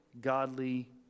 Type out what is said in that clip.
godly